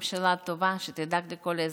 ממשלה טובה שתדאג לכל האזרחים.